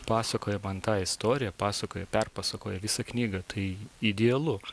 pasakoja man tą istoriją pasakoja perpasakoja visą knygą tai idealu